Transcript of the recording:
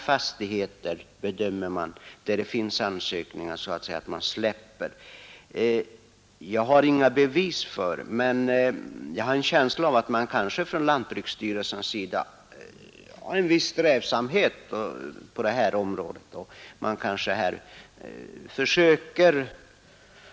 Jag har inga bevis för att lantbruksstyrelsen vill styra, men jag har en känsla av att man kanske från lantbruksstyrelsens sida visat en viss strävsamhet på detta område.